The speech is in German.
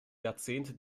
jahrzehnte